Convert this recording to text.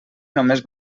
només